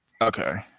okay